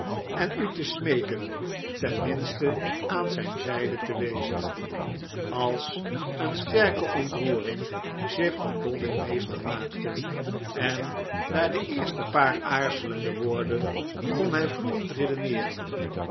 en u te smeeken ten minste op zijn zijde te wezen als een sterke ontroering zich van dobbin meester maakte en na de eerste paar aarzelende woorden kon hij vloeiend redeneeren